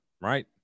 Right